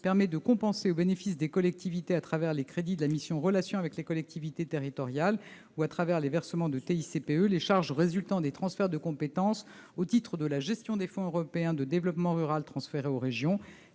s'agit de compenser au bénéfice des collectivités, au travers des crédits de la mission « Relations avec les collectivités territoriales » ou des versements de TICPE, les charges résultant des transferts de compétences au titre de la gestion des fonds européens de développement rural transférés aux régions,